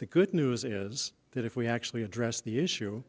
the good news is that if we actually address the issue